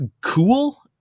cool